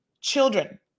Children